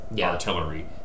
artillery